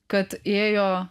kad ėjo